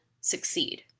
succeed